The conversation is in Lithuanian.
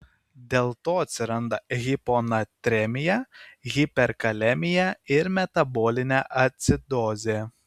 dėlto atsiranda hiponatremija hiperkalemija ir metabolinė acidozė